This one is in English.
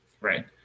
Right